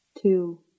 Two